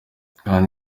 kandi